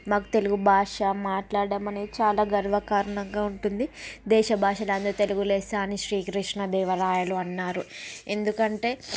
మాకు తెలుగు భాష మాట్లాడడం అనే చాలా గర్వ కారణంగా ఉంటుంది దేశ భాషలయందు తెలుగు లెస్స అని శ్రీ కృష్ణ దేవరాయలు అన్నారు ఎందుకంటే